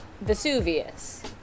Vesuvius